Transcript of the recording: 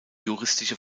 juristische